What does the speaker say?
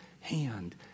hand